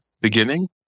beginning